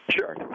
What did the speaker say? Sure